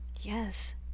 Yes